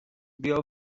بیا